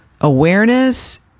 Awareness